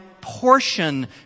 portion